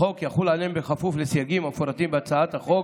החוק יחול עליהם בכפוף לסייגים המפורטים בהצעת החוק